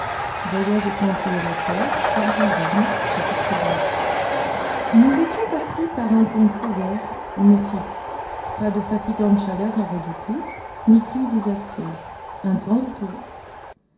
xii nous étions partis par un temps couvert mais fixe pas de fatigantes chaleurs à redouter ni pluies désastreuses un temps de touristes